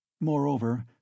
Moreover